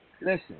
Listen